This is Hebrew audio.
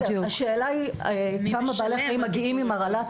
השאלה היא כמה בעלי חיים מגיעים עם הרעלת